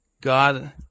God